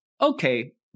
okay